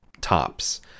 tops